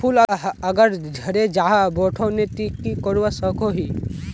फूल अगर झरे जहा बोठो नी ते की करवा सकोहो ही?